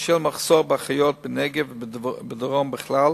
בשל מחסור באחיות בנגב ובדרום בכלל,